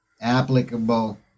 applicable